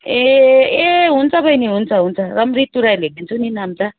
ए ए हुन्छ बहिनी हुन्छ हुन्छ र पनि रितु राई लेखिदिन्छु नि नाम त